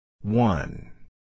One